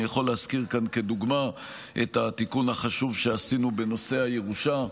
אני יכול להזכיר כאן כדוגמה את התיקון החשוב שעשינו בנושא הירושה,